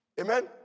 Amen